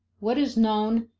what is known,